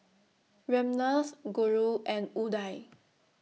Ramnath Guru and Udai